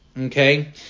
Okay